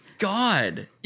God